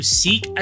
seek